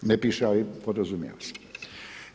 Ne piše, ali podrazumijeva se.